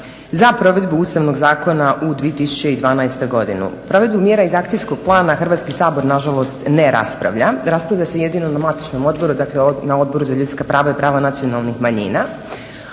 za provedbu Ustavnog zakona u 2012.godinu. Provedbu mjera iz Akcijskog plana Hrvatski sabor nažalost ne raspravlja. Raspravlja se jedino na matičnom odboru jedino na Odboru za ljudska prava i prava nacionalnih manjina